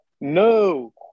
no